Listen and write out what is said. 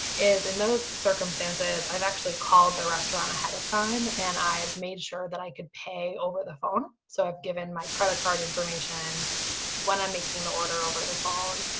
is in those circumstances, i've actually called the restaurant ahead of time and i've made sure that i could pay over the phone. so i've given my credit card information when i'm making the order over the phone.